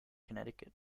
connecticut